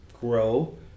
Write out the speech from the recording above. grow